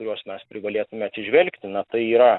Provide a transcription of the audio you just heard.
kuriuos mes privalėtume atsižvelgti na tai yra